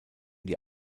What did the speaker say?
die